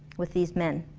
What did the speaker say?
with these men.